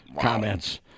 comments